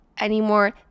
anymore